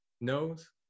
knows